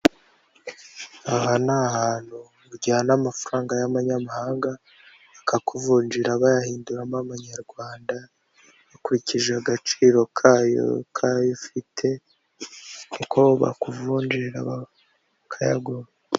Aha ni ahantu ujyana amafaranga y'amanyamahanga bakakuvunjira bayahinduramo amanyarwanda bukurikije agaciro kayo kayo ufite kuko bakuvunjira.....